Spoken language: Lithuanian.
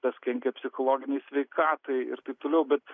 tas kenkia psichologinei sveikatai ir taip toliau bet